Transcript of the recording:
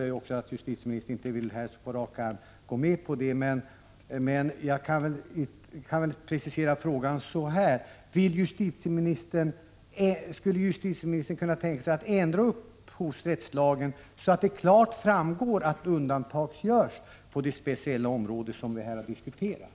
Jag förstår att justitieministern inte här — på rak arm — kan ge besked om undantagsregeln, men jag kan väl precisera frågan så här: Skulle justitieministern kunna tänka sig att ändra upphovsrättslagen så att det klart framgår att undantag görs på det speciella område som vi här har diskuterat?